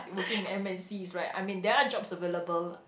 working in M_N_Cs right I mean there are jobs available lah